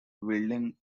wielding